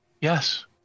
Yes